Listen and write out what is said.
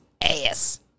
ass